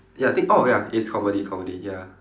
ya think oh ya it's comedy comedy ya